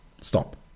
Stop